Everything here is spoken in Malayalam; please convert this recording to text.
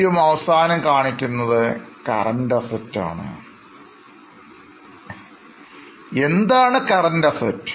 ഏറ്റവും അവസാനം കാണിക്കുന്നത് Current Asset ആണ് എന്താണ് Current Assets